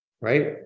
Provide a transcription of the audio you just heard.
right